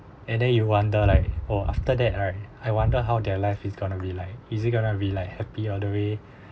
and then you wander like or after that right I wonder how their life is going to be like is it going to be like happy all the way